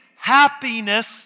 happiness